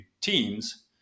Teams